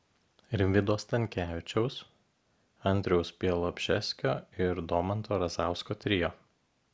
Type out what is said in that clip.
rimvydo stankevičiaus andriaus bialobžeskio ir domanto razausko trio